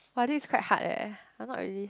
!wah! this is quite hard leh I'm not really